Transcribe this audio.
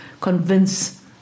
convince